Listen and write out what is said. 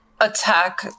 attack